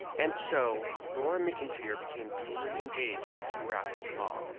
and so laura mcintyre became duly engaged to raffles haw,